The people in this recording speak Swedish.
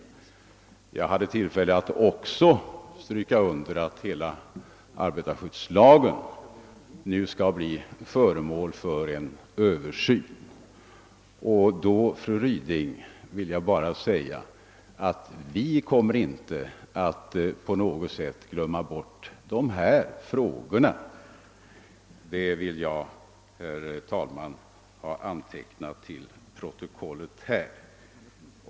Jag hade också tillfälle att understryka att hela arbetarskyddslagen nu skall bli föremål för en Översyn. Därvid, fru Ryding, kommer vi inte att på något sätt glömma bort de frågor hon tagit upp; det vill jag, herr talman, ha antecknat i protokollet.